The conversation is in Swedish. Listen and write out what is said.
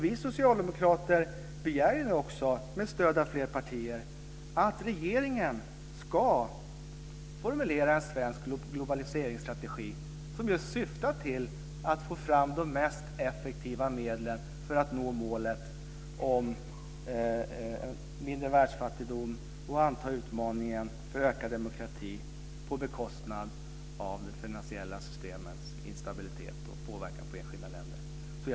Vi socialdemokrater begär också, med stöd av fler partier, att regeringen ska formulera en svensk globaliseringsstrategi som just syftar till att få fram de mest effektiva medlen för att nå målet mindre världsfattigdom och anta utmaningen för ökad demokrati på bekostnad av de finansiella systemens instabilitet och påverkan på enskilda länder.